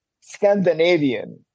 Scandinavian